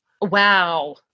Wow